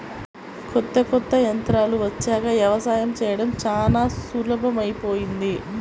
కొత్త కొత్త యంత్రాలు వచ్చాక యవసాయం చేయడం చానా సులభమైపొయ్యింది